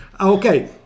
okay